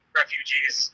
refugees